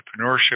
entrepreneurship